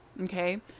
okay